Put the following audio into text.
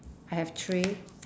I have three